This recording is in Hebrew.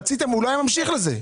לא היה ממשיך לזה.